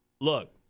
look